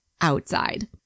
outside